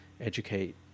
educate